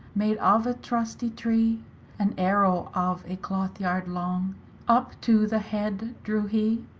made of a trusty tree an arrow of a cloth-yard long up to the head drew hee.